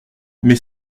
mais